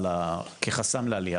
כחסם לעלייה,